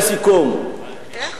לסיכום,